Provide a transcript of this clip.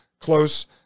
close